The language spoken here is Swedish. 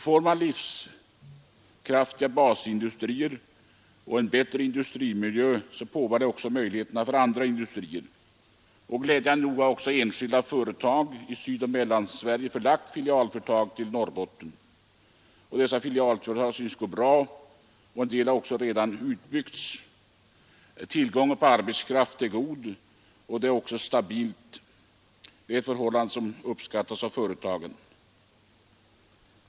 Får man livskraftiga basindustrier och en bättre industrimiljö måste det påverka möjligheterna till ytterligare industrier. Glädjande nog har enskilda företag i Sydoch Mellansverige förlagt filialföretag till Norrbotten. Dessa synes gå bra, och en del av dem har redan byggts ut. Tillgången på arbetskraft är god och stabil — ett förhållande som uppskattas av företagen.